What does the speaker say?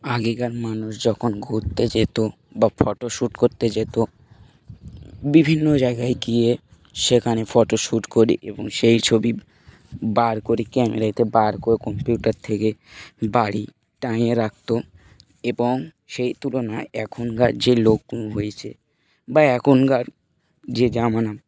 আগেকার মানুষ যখন ঘুরতে যেত বা ফটোশ্যুট করতে যেত বিভিন্ন জায়গায় গিয়ে সেখানে ফটোশ্যুট করি এবং সেই ছবি বার করে ক্যামেরাতে বার করে কম্পিউটার থেকে বাড়ি টাঙিয়ে রাখতো এবং সেই তুলনায় এখনকার যে লোকগুনো হয়েছে বা এখনকার যে জামানা